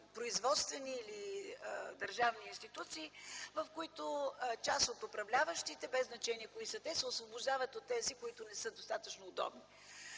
производствени или държавни институции, в които част от управляващите, без значение кои са те, се освобождават от тези, които не са достатъчно удобни.